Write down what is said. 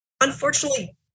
Unfortunately